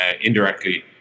indirectly